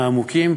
העמוקים,